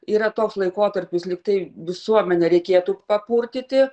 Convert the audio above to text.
yra toks laikotarpis lyg tai visuomenę reikėtų papurtyti